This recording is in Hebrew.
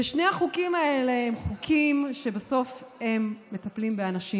ושני החוקים האלה הם חוקים שבסוף מטפלים באנשים.